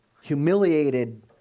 humiliated